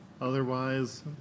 Otherwise